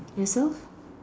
yourself